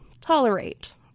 tolerate